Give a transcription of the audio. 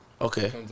Okay